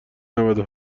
نودو